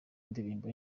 indirimbo